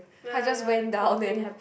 I just went down and